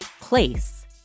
place